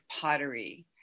pottery